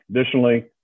Additionally